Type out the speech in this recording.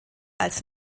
als